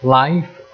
life